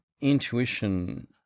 intuition